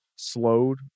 slowed